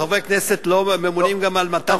חברי כנסת לא ממונים גם על מתן תמיכה,